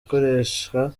ikoreshwa